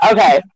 Okay